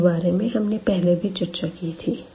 इसके बारे में हमने पहले भी चर्चा की थी